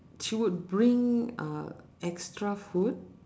she would bring uh extra food